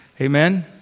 Amen